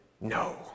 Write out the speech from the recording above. no